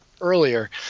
earlier